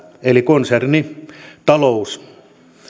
eli konsernitalous